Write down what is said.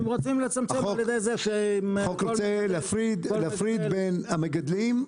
החוק רוצה להפריד בין המגדלים,